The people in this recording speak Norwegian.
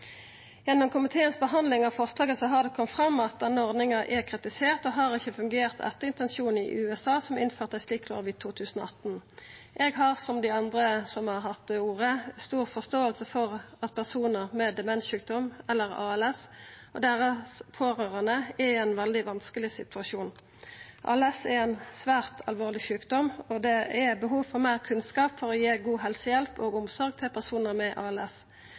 Gjennom komitébehandlinga av forslaget har det kome fram at denne ordninga er kritisert og ikkje har fungert etter intensjonen i USA, som innførte eit slikt krav i 2018. Eg har som dei andre som har hatt ordet, stor forståing for at personar med demenssjukdom eller ALS og deira pårørande er i ein veldig vanskeleg situasjon. ALS er ein svært alvorleg sjukdom, og det er behov for meir kunnskap for å gi god helsehjelp og omsorg til personar med